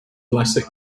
blessing